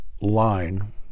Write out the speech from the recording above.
line